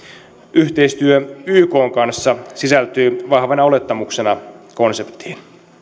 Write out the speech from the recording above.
yhteistyö ykn kanssa sisältyy vahvana olettamuksena konseptiin